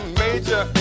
major